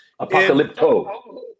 Apocalypto